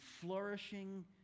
flourishing